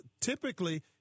typically